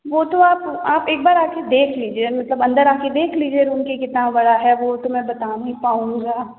वो तो आप आप एक बार आके देख लीजिए मतलब अंदर आके देख लीजिए रूम कि कितना बड़ा है वो तो मैं बता नहीं पाउंगी